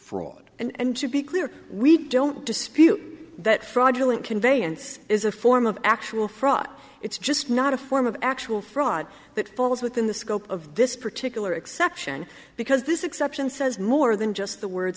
fraud and to be clear we don't dispute that fraudulent conveyance is a form of actual fraud it's just not a form of actual fraud that falls within the scope of this particular exception because this exception says more than just the words